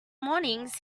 mornings